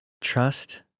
trust